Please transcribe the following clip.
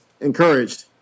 encouraged